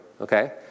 okay